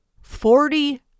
Forty